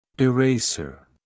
Eraser